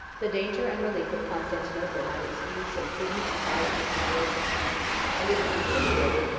the danger and relief of constantinople might excuse some prudent and pious dissimulation and it was insinuated,